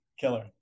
Killer